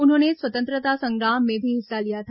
उन्होंने स्वतंत्रता संग्राम में भी हिस्सा लिया था